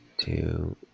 two